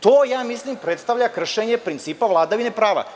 To mislim da predstavlja kršenje principa vladavine prava.